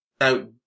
Now